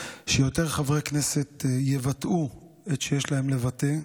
שיותר חברי כנסת יבטאו את שיש להם לבטא.